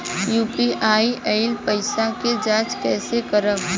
UPI से आइल पईसा के जाँच कइसे करब?